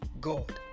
God